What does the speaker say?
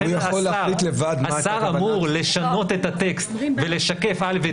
לכן השר אמור לשנות את הטקסט ולשקף א',